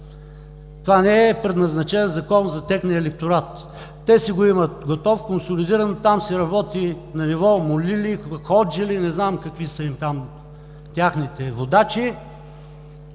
Закон не е предназначен за техния електорат. Те си го имат готов, консолидиран. Там се работи на ниво молли ли, ходжи ли, не знам какви са им там техните водачи.